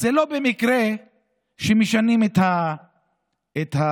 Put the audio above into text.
אז לא במקרה משנים את הסדר,